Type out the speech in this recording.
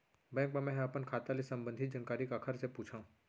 Bank मा मैं ह अपन खाता ले संबंधित जानकारी काखर से पूछव?